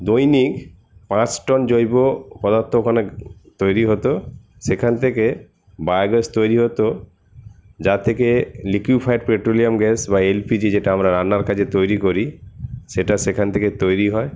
দৈনিক পাঁচ টন জৈব পদার্থ ওখানে তৈরি হত সেখান থেকে বায়োগ্যাস তৈরি হত যা থেকে লিকুইফায়েড পেট্রোলিয়াম গ্যাস বা এলপিজি যেটা আমরা রান্নার কাজে তৈরি করি সেটা সেখান থেকে তৈরি হয়